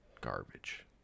Garbage